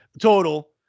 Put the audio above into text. Total